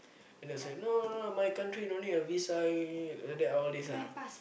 and they say no no no my country don't need a visa then all these ah